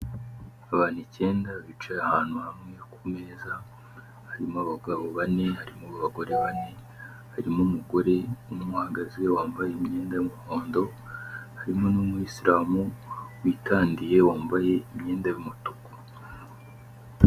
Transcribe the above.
Abantu icyenda bicaye ahantu hamwe ku meza harimo abagabo bane, harimo bagore bane, harimo umugore umwe uhagaze wambaye imyenda y'umuhondo, harimo n'umuyisilamu witandiye wambaye imyenda y'umutuku.